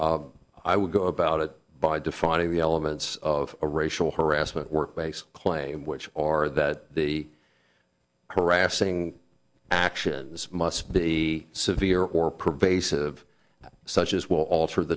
now i would go about it by defining the elements of a racial harassment workplace claim which or that the harassing actions must be severe or pervasive such as will alter